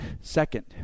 Second